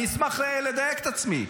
אני אשמח לדייק את עצמי.